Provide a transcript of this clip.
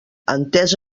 entès